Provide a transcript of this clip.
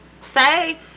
say